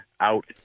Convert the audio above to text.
Out